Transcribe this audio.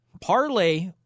parlay